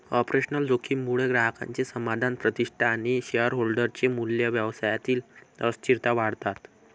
operational जोखीम मुळे ग्राहकांचे समाधान, प्रतिष्ठा आणि शेअरहोल्डर चे मूल्य, व्यवसायातील अस्थिरता वाढतात